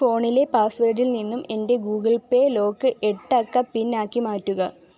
ഫോണിലെ പാസ്വേഡിൽ നിന്നും എന്റെ ഗൂഗിൾ പ്പേ ലോക്ക് എട്ട് അക്ക പിൻ ആക്കി മാറ്റുക